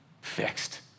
fixed